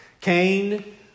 Cain